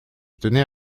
tenais